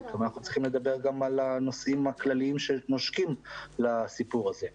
אנחנו צריכים לדבר גם על הנושאים הכלליים שנושקים לסיפור הזה.